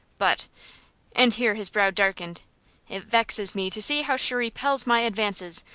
but and here his brow darkened it vexes me to see how she repels my advances,